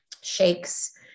shakes